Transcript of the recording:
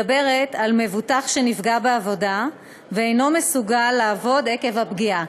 מדברת על מבוטח שנפגע בעבודה ואינו מסוגל לעבוד עקב הפגיעה.